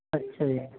ਅੱਛਾ ਜੀ